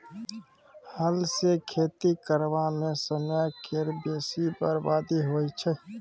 हल सँ खेती करबा मे समय केर बेसी बरबादी होइ छै